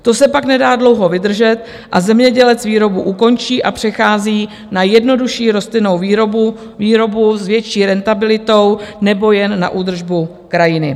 To se pak nedá dlouho vydržet, zemědělec výrobu ukončí a přechází na jednodušší rostlinnou výrobu, výrobu s větší rentabilitou nebo jen na údržbu krajiny.